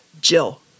Jill